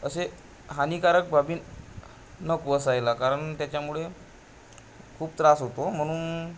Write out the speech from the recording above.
असे हानिकारक बाबी न नको असायला कारण त्याच्यामुळे खूप त्रास होतो म्हणून